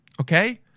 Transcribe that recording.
Okay